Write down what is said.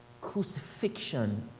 crucifixion